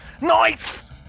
Nice